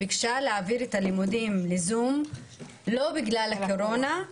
ביקשה להעביר את הלימודים לזום - לא בגלל הקורונה,